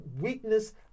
weakness